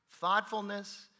thoughtfulness